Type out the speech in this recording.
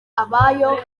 abayo